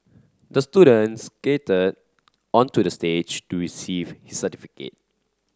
the student skated onto the stage to receive his certificate